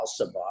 Al-Sabah